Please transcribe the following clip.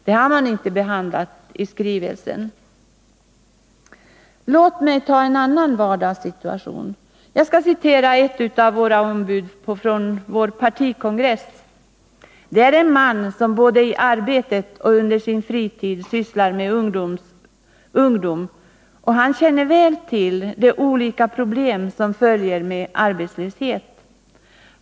Det har man inte behandlat. Låt mig ta en annan vardagssituation. Jag skall citera ett av ombuden på vår partikongress. Det är en man som både i arbetet och under fritiden sysslar med ungdom. Han känner alltså väl till de olika problem som följer med arbetslöshet.